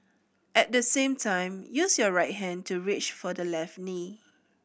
at the same time use your right hand to reach for the left knee